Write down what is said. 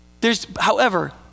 There's—however